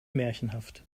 märchenhaft